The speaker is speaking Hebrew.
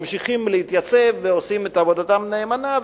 ממשיכים להתייצב, ועושים את עבודתם נאמנה.